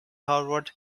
harvard